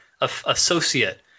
associate